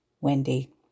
Wendy